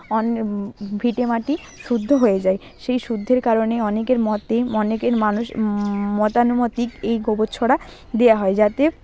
ভিটে মাটি শুদ্ধ হয়ে যায় সেই শুদ্ধের কারণে অনেকের মতে অনেকের মানুষ মতানুমতিক এই গোবর ছড়া দেওয়া হয় যাতে